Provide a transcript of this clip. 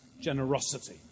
generosity